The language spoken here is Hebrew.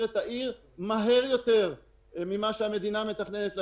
את העיר מהר יותר לשגרה ממה שהמדינה מתכננת.